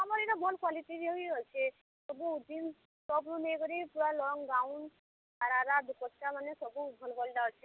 ଆମର୍ ଏଟା ଭଲ୍ କ୍ଵାଲିଟି ହିଁ ଅଛେ ସବୁ ଜିନ୍ସ ନେଇକରି ପୁରା ଲଙ୍ଗ୍ ଗାଉନ୍ ସରାରା ଦୁପ୍ପଟା ମାନେ ସବୁ ଭଲ୍ କ୍ଵାଲିଟିଟା ଅଛେ